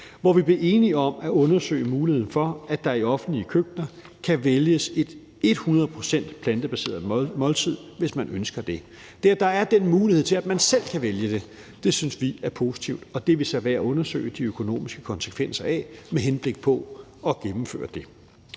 hvor vi blev enige om at undersøge muligheden for, at der i offentlige køkkener kan vælges et 100 pct. plantebaseret måltid, hvis man ønsker det. Der er den mulighed for, at man selv kan vælge det. Det synes vi er positivt, og det er vi så ved at undersøge de økonomiske konsekvenser af med henblik på at gennemføre det.